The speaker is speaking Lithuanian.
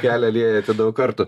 kelią liejate daug kartų